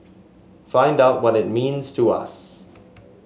find out what it means to us